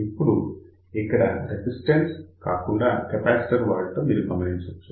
ఇప్పుడు ఇక్కడ రెసిస్టర్స్ కాకుండా కెపాసిటర్ వాడటం మీరు గమనించవచ్చు